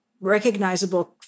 recognizable